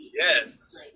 Yes